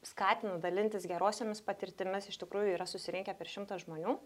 skatina dalintis gerosiomis patirtimis iš tikrųjų yra susirinkę per šimtą žmonių